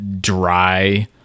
dry